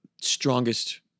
strongest